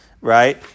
right